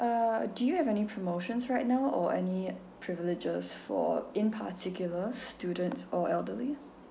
uh do you have any promotions right now or any privileges for in particular students or elderly